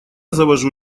завожу